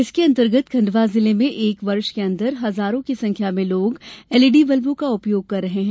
इसके अन्तर्गत खण्डवा जिले मेंएक वर्ष के अन्दर हजारों की संख्या में लोग एलईडी बल्बों का प्रयोग कर रहे हैं